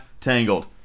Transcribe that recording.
Tangled